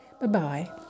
Bye-bye